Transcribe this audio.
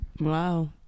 wow